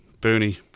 Booney